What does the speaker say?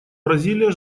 бразилия